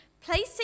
Placing